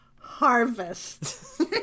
Harvest